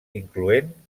incloent